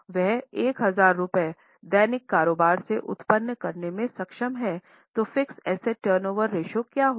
वह 1000 रुपये दैनिक कारोबार से उत्पन्न करने में सक्षम हैतो फ़िक्स एसेट टर्नओवर रेश्यो क्या होगा